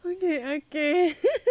okay okay